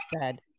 said-